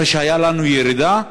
אחרי שהייתה לנו ירידה,